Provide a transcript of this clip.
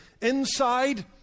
inside